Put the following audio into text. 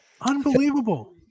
Unbelievable